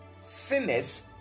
sinners